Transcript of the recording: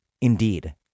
Indeed